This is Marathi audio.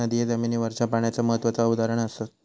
नदिये जमिनीवरच्या पाण्याचा महत्त्वाचा उदाहरण असत